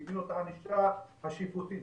מדיניות הענישה השיפוטית,